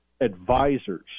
advisors